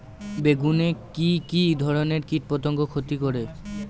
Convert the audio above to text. বেগুনে কি কী ধরনের কীটপতঙ্গ ক্ষতি করে?